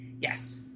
Yes